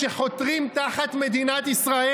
שחותרים תחת מדינת ישראל,